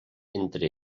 entre